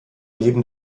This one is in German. leben